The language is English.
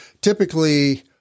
typically